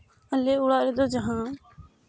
ᱟᱞᱮ ᱚᱲᱟᱜ ᱨᱮᱫᱚ ᱡᱟᱦᱟᱸ